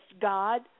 God